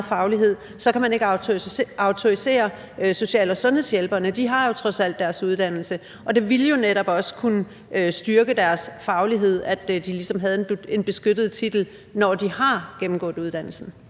faglighed – så kan man ikke autorisere social- og sundhedshjælperne. De har jo trods alt deres uddannelse, og det ville netop kunne styrke deres faglighed, at de ligesom havde en beskyttet titel, når de havde gennemgået uddannelsen.